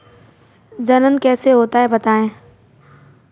जनन कैसे होता है बताएँ?